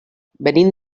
venim